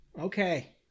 Okay